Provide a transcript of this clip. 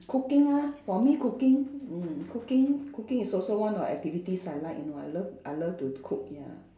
cooking lah for me cooking mm cooking cooking is also one or activities I like you know I love I love to cook ya